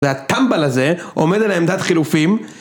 והטמבל הזה עומד על העמדת חילופים